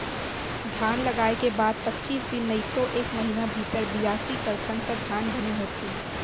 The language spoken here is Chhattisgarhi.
धान लगाय के बाद पचीस दिन नइतो एक महिना भीतर बियासी करथन त धान बने होथे